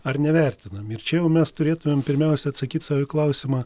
ar nevertinam ir čia jau mes turėtumėme pirmiausia atsakyti sau į klausimą